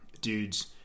dudes